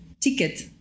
ticket